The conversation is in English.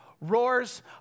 roars